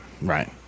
right